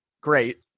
great